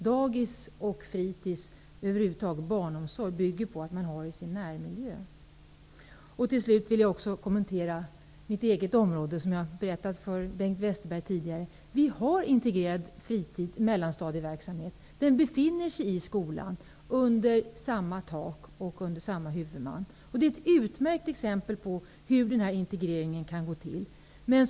Dagis och fritidsverksamhet, barnomsorgsverksamhet över huvud taget, bygger på att man har den i sin närmiljö. Allra sist vill jag kommentera mitt eget område, som jag har berättat om för Bengt Westerberg tidigare. Där har vi en integrerad fritids och mellanstadieverksamhet. Den finns i skolan under samma tak och under samma huvudman. Det är ett utmärkt exempel på hur integreringen kan gå till.